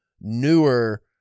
newer